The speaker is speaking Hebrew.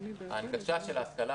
ההנגשה של ההשכלה